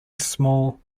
small